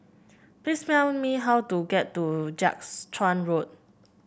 please tell me how to get to Jiak's Chuan Road